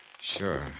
Sure